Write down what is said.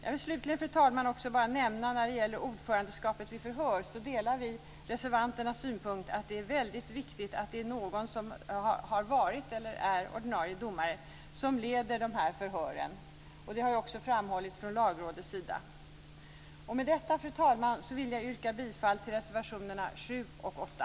Jag vill slutligen, fru talman, också nämna att när det gäller ordförandeskapet vid förhör delar vi reservanternas synpunkt att det är väldigt viktigt att det är någon som har varit eller är ordinarie domare som leder förhören. Det har också framhållits från Lagrådets sida. Med detta, fru talman, vill jag yrka bifall till reservationerna 7 och 8.